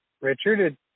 Richard